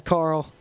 Carl